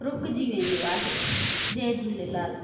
रुकिजी वेंदो आहे जय झूलेलाल